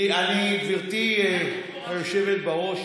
גברתי היושבת בראש,